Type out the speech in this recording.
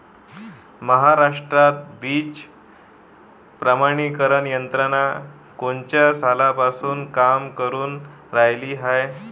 महाराष्ट्रात बीज प्रमानीकरण यंत्रना कोनच्या सालापासून काम करुन रायली हाये?